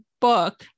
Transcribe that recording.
book